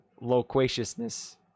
loquaciousness